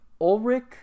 Ulrich